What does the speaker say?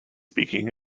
speaking